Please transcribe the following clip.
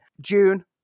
June